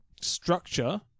structure